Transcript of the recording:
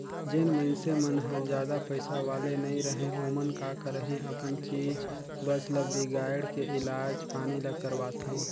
जेन मइनसे मन हर जादा पइसा वाले नइ रहें ओमन का करही अपन चीच बस ल बिगायड़ के इलाज पानी ल करवाथें